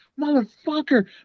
motherfucker